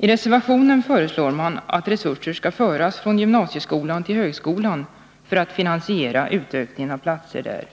I reservationen föreslår man att resurser skall föras från gymnasieskolan till högskolan för att finansiera utökningen av platser där.